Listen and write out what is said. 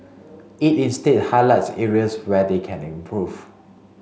it instead highlights areas where they can improve